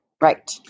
Right